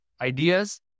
ideas